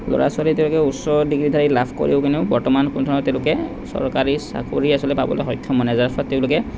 ল'ৰা ছোৱালী এতিয়ালৈকে উচ্চ ডিগ্ৰীধাৰী লাভ কৰিও কিন্তু বৰ্তমান কোনোধৰণৰ তেওঁলোকে এতিয়ালৈকে চৰকাৰী চাকৰি আচলতে পাবলৈ সক্ষম হোৱা নাই যাৰ ফলত তেওঁলোকে